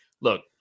look